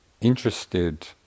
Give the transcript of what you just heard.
interested